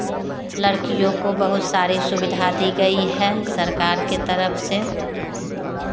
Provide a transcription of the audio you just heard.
लड़कियों को बहुत सारी सुविधा दी गई है सरकार की तरफ से